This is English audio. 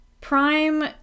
Prime